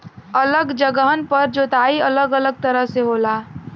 अलग जगहन पर जोताई अलग अलग तरह से होला